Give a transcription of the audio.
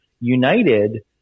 United